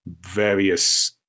various